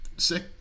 sick